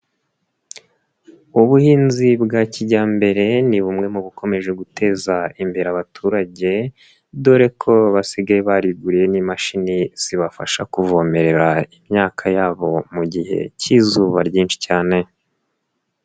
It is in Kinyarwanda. Ubuhinzi bwa kijyambere ni bumwe mu bukomeje guteza imbere abaturage, dore ko basigaye bariguriye n'imashini zibafasha kuvomerera imyaka yabo mu gihe cy'izuba ryinshi cyane.